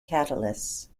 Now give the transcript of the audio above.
catalysts